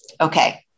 Okay